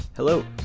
Hello